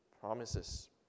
promises